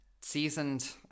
seasoned